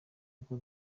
uko